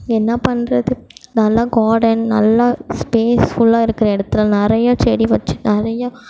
என்ன பண்ணுறது நல்லா கார்டன் நல்லா ஸ்பேஸ் ஃபுல்லாக இருக்கிற இடத்துல நிறைய செடி வச்சு நிறையா